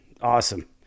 awesome